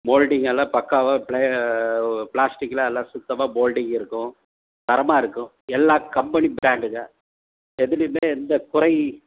moulding எல்லாம் பக்காவாக ப்ளே பிளாஸ்டிக்லாம் எல்லாம் சுத்தமாக மோல்டிங் இருக்கும் தரமாக இருக்கும் எல்லாம் கம்பெனி பிராண்டுங்க எதுலையுமே எந்த குறை